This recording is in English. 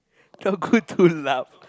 not good to laugh